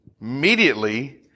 Immediately